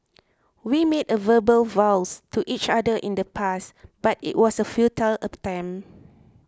we made a verbal vows to each other in the past but it was a futile attempt